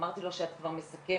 אמרתי לו שאת כבר מסכמת.